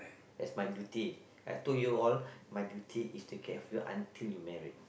that's my duty I told you all my duty is take care of you until you married